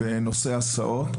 משבר ענק בנושא ההסעות,